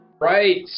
Right